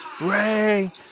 Ray